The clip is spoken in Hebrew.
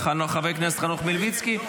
-- חבר הכנסת חנוך מלביצקי,